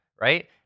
right